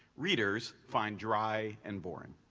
readers find dry and boring.